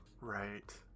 right